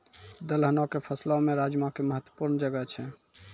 दलहनो के फसलो मे राजमा के महत्वपूर्ण जगह छै